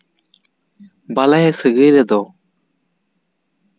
ᱵᱟᱞᱟᱭᱟ ᱥᱟᱹᱜᱟᱹᱭ ᱨᱮᱫᱚ